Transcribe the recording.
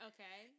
Okay